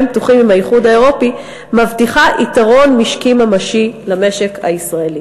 פתוחים עם האיחוד האירופי מבטיחה יתרון משקי ממשי למשק הישראלי.